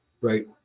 Right